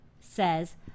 says